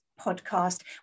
podcast